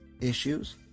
issues